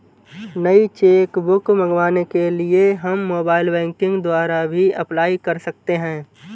नई cheque book मंगवाने के लिए हम मोबाइल बैंकिंग द्वारा भी अप्लाई कर सकते है